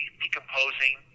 decomposing